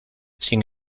sin